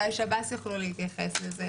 אולי שב"ס יוכלו להתייחס לזה.